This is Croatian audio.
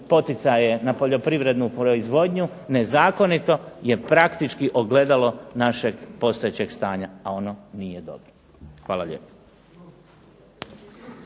poticaje na poljoprivrednu proizvodnju nezakonito je praktički ogledalo našeg postojećeg stanja, a ono nije dobro. Hvala lijepo.